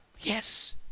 yes